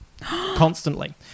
constantly